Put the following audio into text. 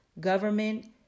government